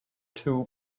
two